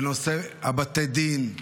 בנושא בתי הדין,